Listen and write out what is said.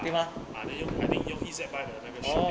ah ah they 用 I think 用 E_Z buy 的那个 shipping